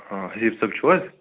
ہاں حبیب صٲب چھُو حظ